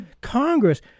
Congress